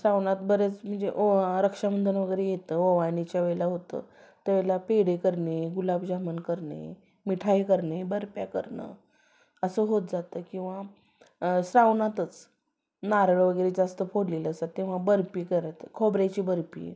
श्रावणात बरेच मजे ओ रक्षाबंधन वगैरे येतं ओवाळणीच्या वेळेला होतं त्या वेळेला पेढे करणे गुलाबजामन करणे मिठाई करणे बर्फ्या करणं असं होत जातं किंवा श्रावणातच नारळ वगैरे जास्त फोडलेले असतात तेव्हा बर्फी करत खोबऱ्याची बर्फी